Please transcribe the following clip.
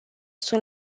sunt